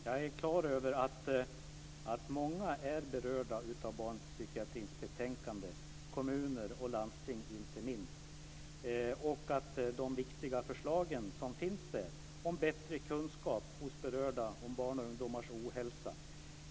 Jag är klar över att många är berörda av Barnpsykiatrikommitténs betänkande - kommuner och landsting inte minst - och de viktiga förslag som finns om bättre kunskap hos berörda om barns och ungdomars ohälsa.